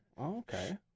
okay